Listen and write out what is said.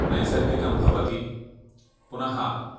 नैसर्गिकं भवति पुनः